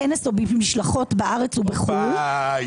בכנס או במשלחות בארץ ובחו"ל.